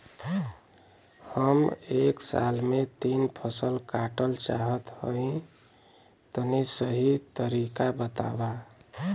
हम एक साल में तीन फसल काटल चाहत हइं तनि सही तरीका बतावा?